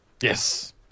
Yes